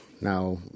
now